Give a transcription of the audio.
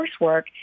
coursework